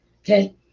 Okay